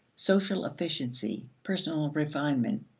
social efficiency, personal refinement,